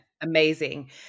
amazing